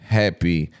happy